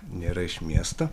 nėra iš miesto